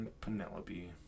Penelope